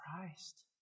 Christ